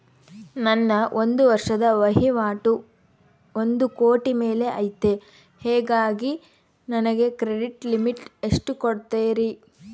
ನನ್ನ ಒಂದು ವರ್ಷದ ವಹಿವಾಟು ಒಂದು ಕೋಟಿ ಮೇಲೆ ಐತೆ ಹೇಗಾಗಿ ನನಗೆ ಕ್ರೆಡಿಟ್ ಲಿಮಿಟ್ ಎಷ್ಟು ಕೊಡ್ತೇರಿ?